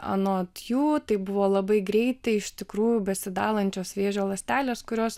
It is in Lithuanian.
anot jų tai buvo labai greitai iš tikrųjų besidalančios vėžio ląstelės kurios